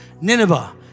Nineveh